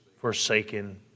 forsaken